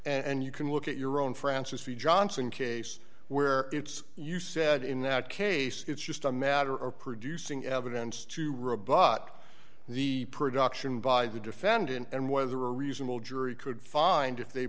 and you can look at your own francis view johnson case where it's you said in that case it's just a matter of producing evidence to rebut the production by the defendant and whether a reasonable jury could find if they